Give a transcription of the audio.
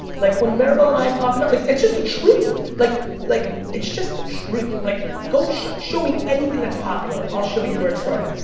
like, when merbo and i and talk about, like it's just the truth. like like it's just the truth. like go show show me anything that's popular, i'll show you where it started,